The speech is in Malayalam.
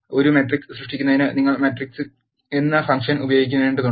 R ൽ ഒരു മാട്രിക്സ് സൃഷ്ടിക്കുന്നതിന് നിങ്ങൾ മാട്രിക്സ് എന്ന ഫംഗ്ഷൻ ഉപയോഗിക്കേണ്ടതുണ്ട്